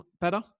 better